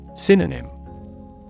Synonym